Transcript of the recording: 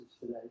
today